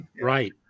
right